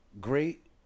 great